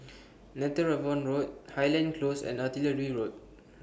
Netheravon Road Highland Close and Artillery Road